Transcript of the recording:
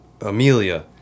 Amelia